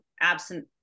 absent